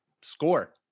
score